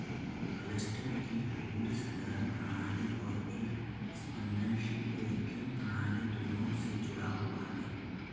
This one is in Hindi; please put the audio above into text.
क्लस्टर एक दूध संग्रह प्रणाली और एक स्पंदनशील वैक्यूम प्रणाली दोनों से जुड़ा हुआ है